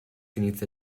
inizia